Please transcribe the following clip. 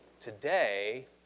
Today